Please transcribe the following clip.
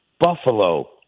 Buffalo